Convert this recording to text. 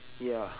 ya